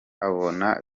abona